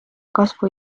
kasvu